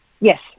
Yes